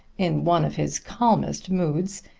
in one of his calmest moods,